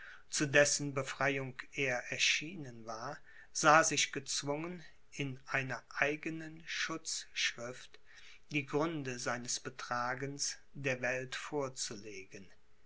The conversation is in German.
zu dessen befreiung er erschienen war sah sich gezwungen in einer eigenen schutzschrift die gründe seines betragens der welt vorzulegen